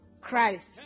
Christ